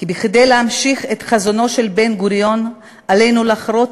כי כדי להמשיך את חזונו של בן-גוריון עלינו לחרות